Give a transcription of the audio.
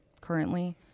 currently